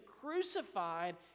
crucified